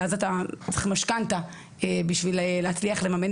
ואז אתה צריך משכנתא בשביל להצליח לממן